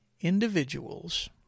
individuals